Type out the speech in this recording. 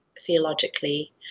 theologically